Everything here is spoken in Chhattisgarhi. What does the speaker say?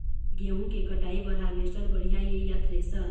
गेहूं के कटाई बर हारवेस्टर बढ़िया ये या थ्रेसर?